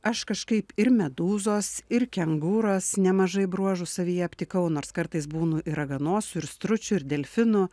aš kažkaip ir medūzos ir kengūros nemažai bruožų savyje aptikau nors kartais būnu ir raganosiu ir stručiu ir delfinu